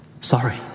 Sorry